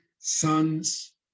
Sons